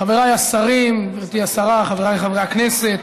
חבריי השרים, גברתי השרה, חבריי חברי הכנסת,